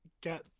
get